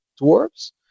dwarves